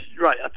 Right